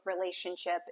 relationship